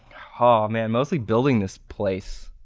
oh man, mostly building this place,